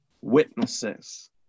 witnesses